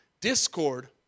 discord